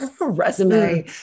resume